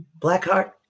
Blackheart